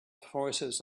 forces